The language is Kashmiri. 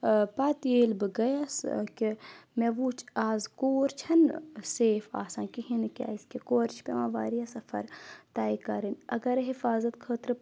پتہٕ ییٚلہِ بہٕ گٔیَس کہِ مےٚ وُچھ آز کوٗر چھَنہٕ سَیف آسان کِہیٖنۍ نہٕ کیازکہِ کورِ چھِ پؠوان واریاہ سفر تہِ کَرٕنۍ اگر حِفاظت خٲطرٕ